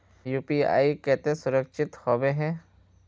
UPI केते सुरक्षित होबे है?